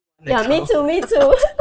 ya me too me too